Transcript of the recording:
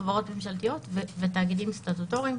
חברות ממשלתיות ותאגידים סטטוטוריים.